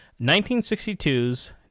1962's